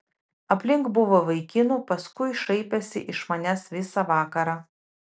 aplink buvo vaikinų paskui šaipėsi iš manęs visą vakarą